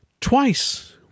Twice